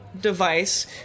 device